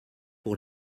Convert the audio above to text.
pour